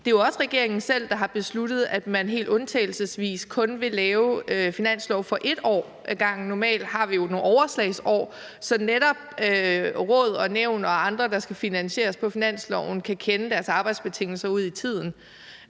Det er jo også regeringen selv, der har besluttet, at man helt undtagelsesvis kun vil lave finanslov for 1 år ad gangen. Normalt har vi jo nogle overslagsår, så netop råd og nævn og andre, der skal finansieres på finansloven, kender deres arbejdsbetingelser ud i fremtiden.